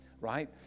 right